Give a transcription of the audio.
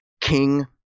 King